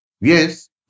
Yes